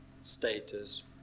status